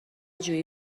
جویی